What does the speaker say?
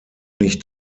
nicht